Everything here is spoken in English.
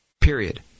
period